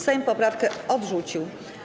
Sejm poprawkę odrzucił.